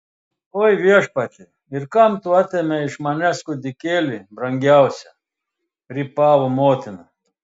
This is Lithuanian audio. oi viešpatie ir kam tu atėmei iš manęs kūdikėlį brangiausią rypavo motina